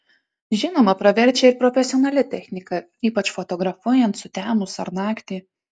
žinoma praverčia ir profesionali technika ypač fotografuojant sutemus ar naktį